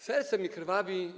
Serce mi krwawi.